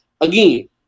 Again